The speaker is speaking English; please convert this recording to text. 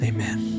Amen